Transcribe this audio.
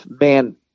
man